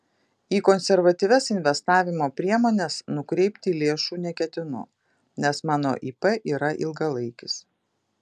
į konservatyvias investavimo priemones nukreipti lėšų neketinu nes mano ip yra ilgalaikis